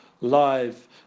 live